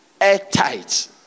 airtight